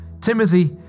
Timothy